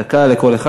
דקה לכל אחד.